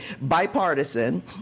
bipartisan